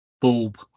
bulb